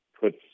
puts